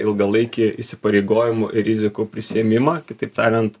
ilgalaikį įsipareigojimų rizikų prisiėmimą kitaip tariant